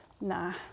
nah